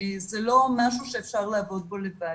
זה לא משהו שאפשר לעבוד בו לבד.